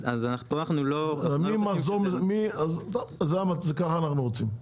אז פה אנחנו לא -- טוב זה ככה אנחנו רוצים בסדר?